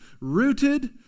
rooted